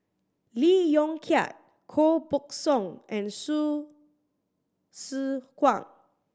Lee Yong Kiat Koh Buck Song and Hsu Tse Kwang